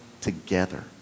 together